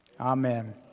Amen